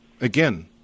Again